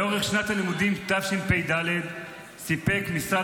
לאורך שנת הלימודים תשפ"ד סיפק משרד